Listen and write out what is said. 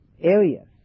areas